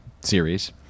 series